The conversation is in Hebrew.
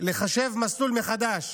לחשב מסלול מחדש.